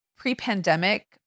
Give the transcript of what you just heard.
pre-pandemic